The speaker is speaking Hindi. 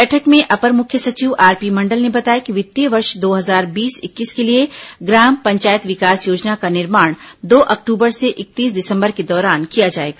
बैठक में अपर मुख्य सचिव आरपी मंडल ने बताया कि वित्तीय वर्ष दो हजार बीस इक्कीस के लिए ग्राम पंचायत विकास योजना का निर्माण दो अक्टूबर से इकतीस दिसंबर के दौरान किया जाएगा